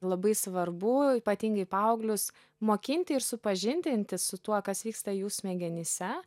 labai svarbu ypatingai paauglius mokinti ir supažindinti su tuo kas vyksta jų smegenyse